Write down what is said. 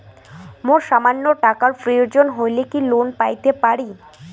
মোর সামান্য টাকার প্রয়োজন হইলে কি লোন পাইতে পারি?